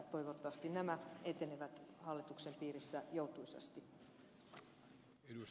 toivottavasti nämä etenevät hallituksen piirissä joutuisasti